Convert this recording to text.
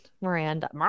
Miranda